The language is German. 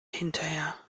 hinterher